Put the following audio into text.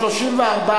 סעיפים 1 8 נתקבלו.